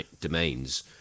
domains